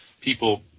people